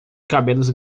cabelos